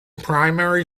primary